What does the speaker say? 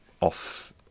off